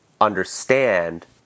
understand